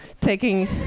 taking